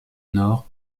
nord